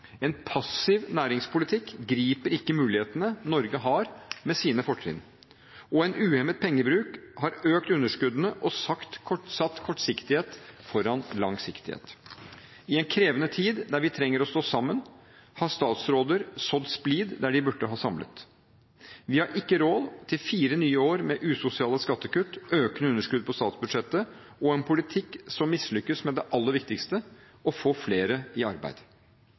En passiv næringspolitikk griper ikke mulighetene Norge har med sine fortrinn. En uhemmet pengebruk har økt underskuddene og satt kortsiktighet foran langsiktighet. I en krevende tid der vi trenger å stå sammen, har statsråder sådd splid der de burde ha samlet. Vi har ikke råd til fire nye år med usosiale skattekutt, økende underskudd på statsbudsjettet og en politikk som mislykkes med det aller viktigste – å få flere i arbeid.